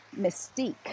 Mystique